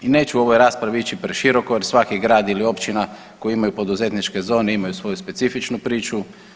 I neću u ovoj raspravi ići preširoko jer svaki grad ili općina koji imaju poduzetničke zone imaju svoju specifičnu priču.